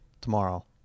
tomorrow